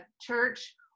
church